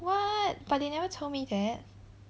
what but they never tell me that